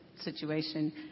situation